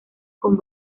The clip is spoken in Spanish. con